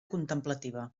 contemplativa